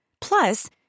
Plus